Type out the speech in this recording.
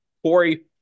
Corey